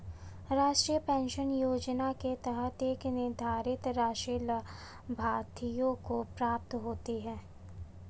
राष्ट्रीय पेंशन योजना के तहत एक निर्धारित राशि लाभार्थियों को प्राप्त होती है